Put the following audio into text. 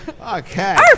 okay